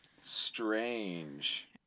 Strange